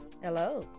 Hello